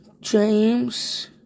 James